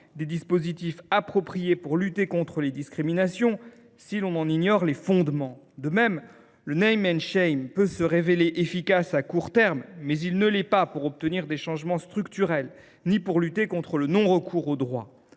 des dispositifs appropriés pour lutter contre les discriminations si l’on en ignore les fondements ? En outre, le peut se révéler efficace à court terme, mais il ne l’est pas pour obtenir des changements structurels ni pour lutter contre le non recours au droit.